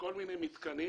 וכל מיני מתקנים